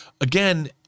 again